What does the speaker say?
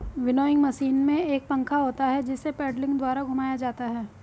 winnowing machine में एक पंखा होता है जिसे पेडलिंग द्वारा घुमाया जाता है